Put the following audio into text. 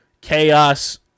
Chaos